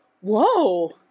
whoa